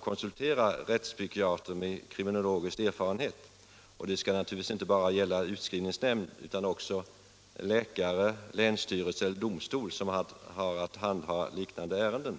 konsultera rättspsykiater med kriminologisk erfarenhet. Detta skall naturligtvis inte bara gälla utskrivningsnämnd utan också läkare, länsstyrelse eller domstol som har att handha liknande ärenden.